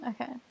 okay